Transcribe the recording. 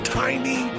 tiny